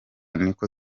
niko